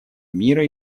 мира